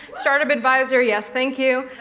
startup advisor, yes, thank you,